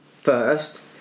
first